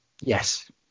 Yes